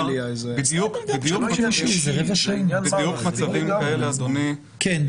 בדיוק מצבים כאלה, אדוני,